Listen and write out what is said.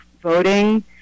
voting